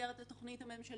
במסגרת התוכנית הממשלתית,